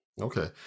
Okay